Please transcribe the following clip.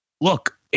look